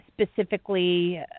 specifically